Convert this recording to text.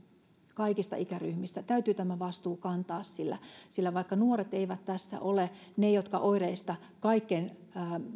kaikista ikäryhmistä täytyy tämä vastuu kantaa sillä sillä vaikka nuoret eivät tässä ole ne jotka oireista kaikkein